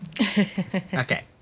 Okay